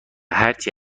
هرچی